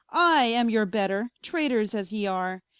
i am your better, traytors as ye are,